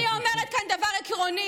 אני אומרת כאן דבר עקרוני.